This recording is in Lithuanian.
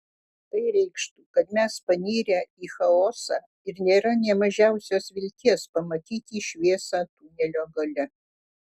tai reikštų kad mes panirę į chaosą ir nėra nė mažiausios vilties pamatyti šviesą tunelio gale